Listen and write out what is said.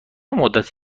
مدت